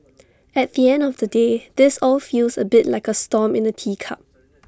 at the end of the day this all feels A bit like A storm in A teacup